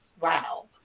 wow